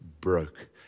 broke